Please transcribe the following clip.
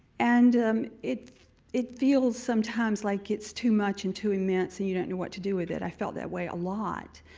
and it it feels sometimes like it's too much and too immense and you don't know what to do with it. i felt that way a lot.